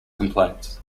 complaints